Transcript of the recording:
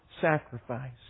sacrifice